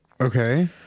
Okay